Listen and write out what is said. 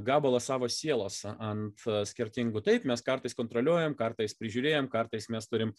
gabalą savo sielos ant skirtingų taip mes kartais kontroliuojam kartais prižiūrėjom kartais mes turim